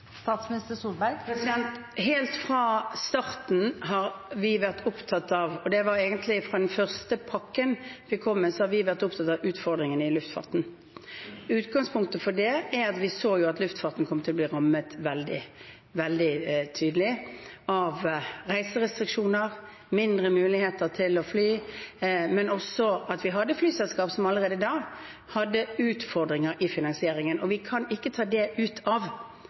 Helt fra starten, og det var egentlig fra den første pakken vi kom med, har vi vært opptatt av utfordringene i luftfarten. Utgangspunktet for det er at vi så at luftfarten kom til å bli rammet veldig tydelig av reiserestriksjoner, mindre muligheter til å fly, men også at vi hadde flyselskap som allerede da hadde utfordringer i finansieringen, og vi kan ikke ta det ut av